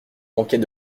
manquait